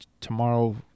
Tomorrow